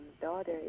daughter